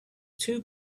two